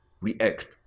react